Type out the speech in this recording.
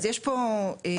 אז יש פה בעיה.